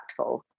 impactful